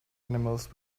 animals